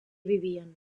vivien